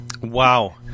Wow